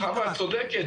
חוה, את צודקת.